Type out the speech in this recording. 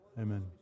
Amen